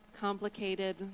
complicated